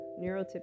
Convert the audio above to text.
neurotypical